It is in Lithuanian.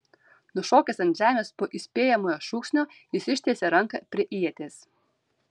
nušokęs ant žemės po įspėjamojo šūksnio jis ištiesė ranką prie ieties